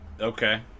Okay